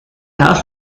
house